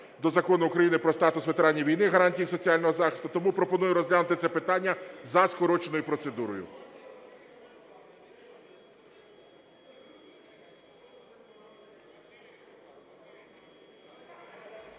до Закону України "Про статус ветеранів війни, гарантії їх соціального захисту". Тому пропоную розглянути це питання за скороченою процедурою.